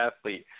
athlete